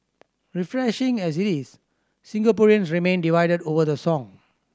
refreshing as it is Singaporeans remain divided over the song